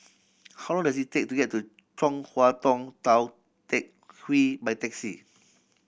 how long does it take to get to Chong Hua Tong Tou Teck Hwee by taxi